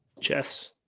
Chess